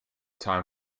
time